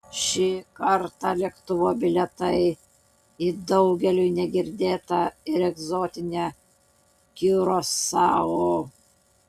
šį kartą lėktuvo bilietai į daugeliui negirdėtą ir egzotinę kiurasao